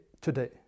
today